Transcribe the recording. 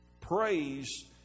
praise